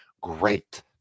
great